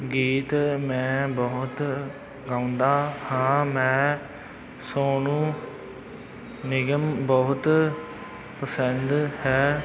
ਗੀਤ ਮੈਂ ਬਹੁਤ ਗਾਉਂਦਾ ਹਾਂ ਮੈਂ ਸੋਨੂੰ ਨਿਗਮ ਬਹੁਤ ਪਸੰਦ ਹੈ